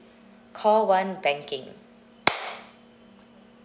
call one banking